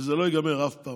וזה לא ייגמר אף פעם.